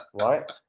right